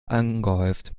angehäuft